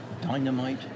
Dynamite